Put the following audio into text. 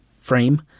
frame